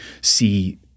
see